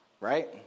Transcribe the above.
right